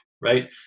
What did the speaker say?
right